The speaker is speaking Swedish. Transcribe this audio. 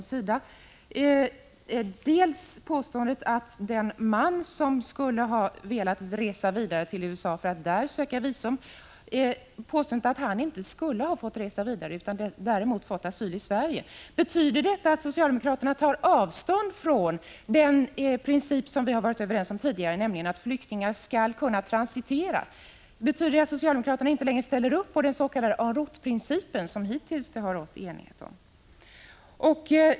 Det är bl.a. påståendet att den man som skulle ha velat resa vidare till USA för att där söka visum inte skulle ha fått göra det utan skulle ha fått asyl i Sverige. Betyder detta att socialdemokraterna tar avstånd från den princip som vi har varit överens om tidigare, nämligen att flyktingar skall kunna transiteras? Betyder det att socialdemokraterna inte längre accepterar ”en route”- principen, som det hittills har rått enighet om?